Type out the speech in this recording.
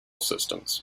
systems